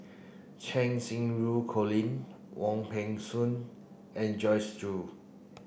Cheng Xinru Colin Wong Peng Soon and Joyce Jue